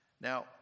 Now